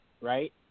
right